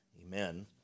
amen